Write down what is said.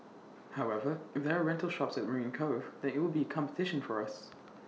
however if there are rental shops at marine Cove then IT would be competition for us